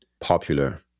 popular